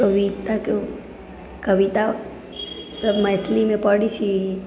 कविताके कवितासभ मैथिलीमे पढ़ै छी